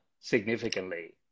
significantly